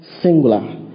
singular